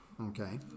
Okay